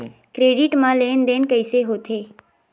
Credit मा लेन देन कइसे होथे?